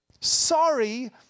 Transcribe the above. sorry